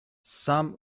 some